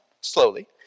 slowly